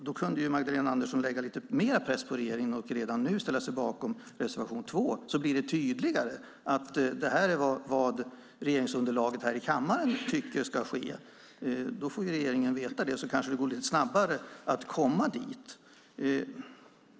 Då kunde Magdalena Andersson lägga lite mer press på regeringen och redan nu ställa sig bakom reservation 2 så att det blir tydligare att det här är vad regeringsunderlaget här i kammaren tycker ska ske. Får regeringen veta det går det kanske lite snabbare att komma dit.